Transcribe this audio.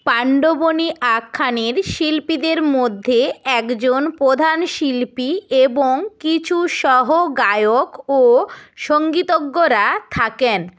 পাণ্ডবনী আখ্যানের শিল্পীদের মধ্যে একজন প্রধান শিল্পী এবং কিছু সহগায়ক ও সঙ্গীতজ্ঞরা থাকেন